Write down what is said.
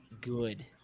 good